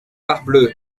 parbleu